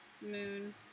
Moon